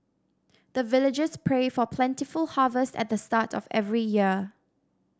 the villagers pray for plentiful harvest at the start of every year